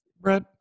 Brett